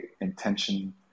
intention